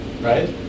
right